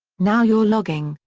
now you're logging,